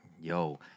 yo